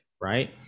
Right